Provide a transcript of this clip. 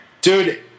Dude